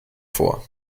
vor